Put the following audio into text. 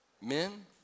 men